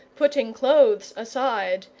putting clothes aside,